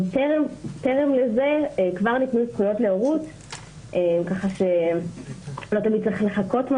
טרם לזה כבר ניתנו זכויות להורות כך שלא תמיד צריך לחכות.